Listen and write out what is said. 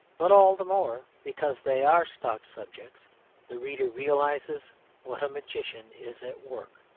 but all the more because they are stock subjects the reader realises what a magician is at work.